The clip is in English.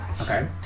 Okay